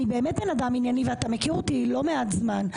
אני באמת בן אדם ענייני ואתה מכיר אותי לא מעט זמן.